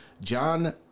John